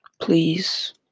please